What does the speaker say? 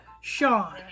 Sean